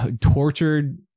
tortured